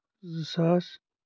زٕساس